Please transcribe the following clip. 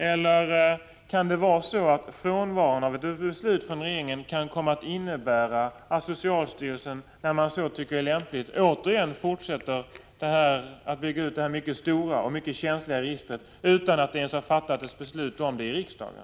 Eller kan det vara så, att frånvaron av ett regeringsbeslut kan komma att innebära att socialstyrelsen, när man så tycker är lämpligt, fortsätter att bygga ut detta mycket stora och mycket känsliga register, utan att det ens har fattats ett beslut om det i riksdagen?